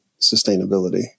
sustainability